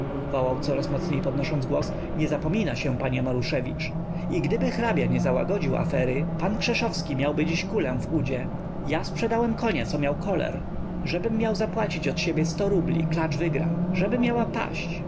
wołał coraz mocniej podnosząc głos nie zapomina się panie maruszewicz i gdyby hrabia nie załagodził afery pan krzeszowski miałby dziś kulę w udzie ja sprzedałem konia co miał koler żebym miał zapłacić od siebie sto rubli klacz wygra żeby miała paść